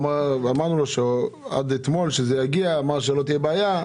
אמרנו לו שזה יגיע עד אתמול והוא אמר שלא תהיה בעיה.